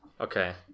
Okay